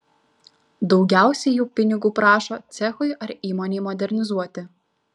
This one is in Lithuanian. daugiausiai jų pinigų prašo cechui ar įmonei modernizuoti